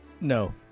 No